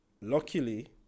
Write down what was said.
luckily